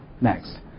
next